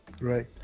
right